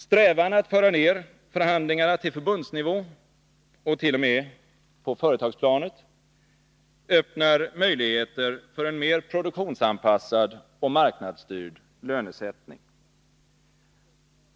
Strävan att föra ner förhandlingarna till förbundsnivå och t.o.m. på företagsplanet öppnar möjligheter för en mer produktionsanpassad och marknadsstyrd lönesättning.